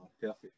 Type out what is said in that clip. Perfect